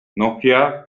nokia